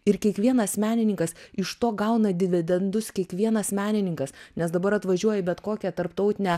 ir kiekvienas menininkas iš to gauna dividendus kiekvienas menininkas nes dabar atvažiuoji į bet kokią tarptautinę